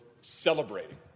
celebrating